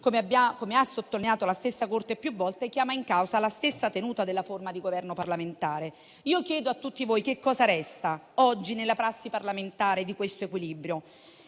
come ha sottolineato la stessa Corte più volte, chiama in causa la tenuta della forma di Governo parlamentare. Chiedo a tutti voi: che cosa resta oggi nella prassi parlamentare di questo equilibrio?